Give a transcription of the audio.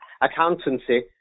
accountancy